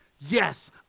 yes